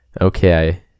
okay